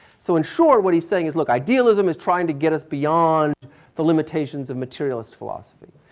so in short, what he's saying is look idealism is trying to get us beyond the limitations of materialist philosophy.